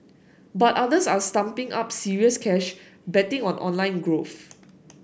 but others are stumping up serious cash betting on online growth